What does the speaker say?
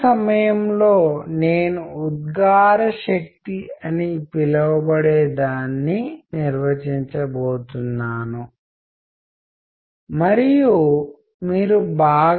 మనము నాన్ వెర్బల్అశాబ్దిక communication body లాంగ్వేజ్లోని కొన్ని అంశాలకు వెళ్తున్నందున ఇది చాలా ప్రాముఖ్యత సంతరించుకుంటాది